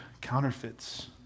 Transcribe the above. counterfeits